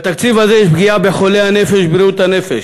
בתקציב הזה יש פגיעה בחולי הנפש ובבריאות הנפש,